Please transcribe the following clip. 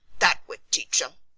that would teach em.